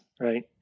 right